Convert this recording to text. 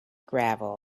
gravel